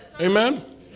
Amen